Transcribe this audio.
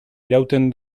irauten